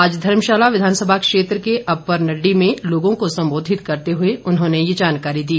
आज धर्मशाला विधानसभा क्षेत्र के अप्पर नड्डी में लोगों को सम्बोधित करते हुए उन्होंने ये जानकारी दी